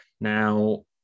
Now